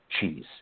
cheese